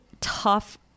tough